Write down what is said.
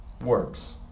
works